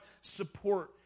support